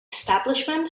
establishment